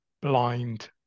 blind